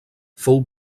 fou